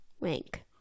Wink